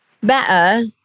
better